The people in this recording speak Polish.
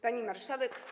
Pani Marszałek!